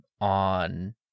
on